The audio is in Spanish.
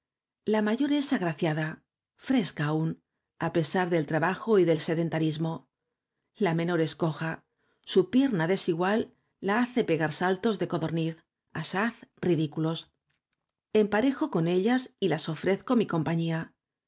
la mayor es agraciada fresca aún á pesar del trabajo y del sedentarismo la menor es coja su pierna desigual la hace pegar saltos de codorniz asaz ridículos emparejo con ellas y las ofrezco mi compañía